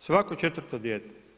svako četvrto dijete.